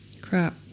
Crap